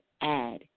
add